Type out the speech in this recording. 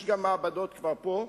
וכבר יש מעבדות גם פה.